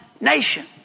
Nation